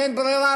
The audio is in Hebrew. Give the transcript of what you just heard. אין ברירה,